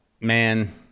man